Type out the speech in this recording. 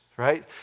right